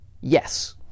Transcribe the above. Yes